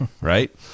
right